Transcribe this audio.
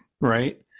Right